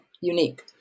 unique